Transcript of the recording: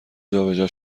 جابجا